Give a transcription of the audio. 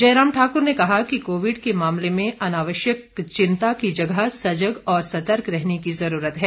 जयराम ठाकुर ने कहा कि कोविड के मामले में अनावश्यक चिंता की जगह सजग और सतर्क रहने की जरूरत है